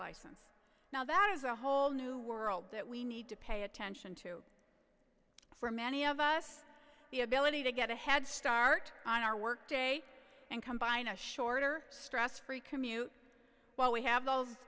license now that is a whole new world that we need to pay attention to for many of us the ability to get a head start on our work day and combine a shorter stress free commute while we have those